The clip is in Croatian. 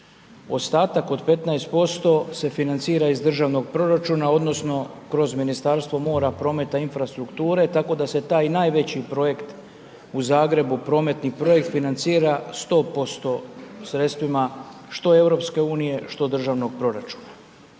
Ostatak od 15% se financira iz državnog proračuna, odnosno, kroz Ministarstva mora, prometa i infrastrukture, tako da se taj najveći projekt u Zagrebu, prometni projekt financira 100% sredstvima što EU, što državnog proračuna.